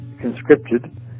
conscripted